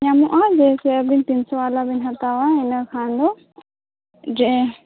ᱧᱟᱢᱚᱜᱼᱟ ᱡᱮᱭ ᱥᱮ ᱛᱤᱱᱥᱚ ᱣᱟᱞᱟ ᱵᱤᱱ ᱦᱟᱛᱟᱣᱟ ᱤᱱᱟᱹ ᱠᱷᱟᱱ ᱫᱚ ᱡᱮ